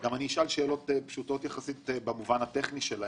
אני אשאל שאלות פשוטות יחסית במובן הטכני שלהן.